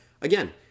again